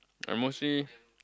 I mostly